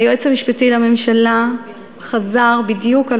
והיועץ המשפטי לממשלה חזר בדיוק על